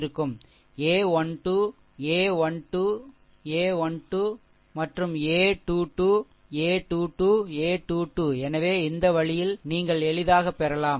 A 1 2 a 1 2 a 1 2 a 1 2 மற்றும் a 2 2 a 2 2 a 2 2 a 2 2 எனவே இந்த வழியில் நீங்கள் எளிதாகப் பெறலாம்